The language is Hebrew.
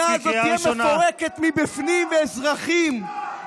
כשהמדינה הזו תהיה מפורקת מבפנים ואזרחים,